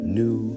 new